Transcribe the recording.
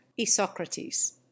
Isocrates